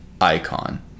icon